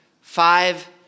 five